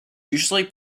usually